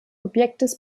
objektes